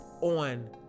on